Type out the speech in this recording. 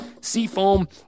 Seafoam